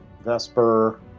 Vesper